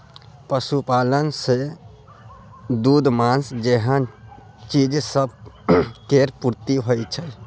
पशुपालन सँ दूध, माँस जेहन चीज सब केर पूर्ति होइ छै